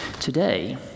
Today